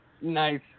Nice